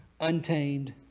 untamed